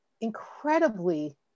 incredibly